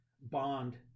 bond